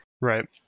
Right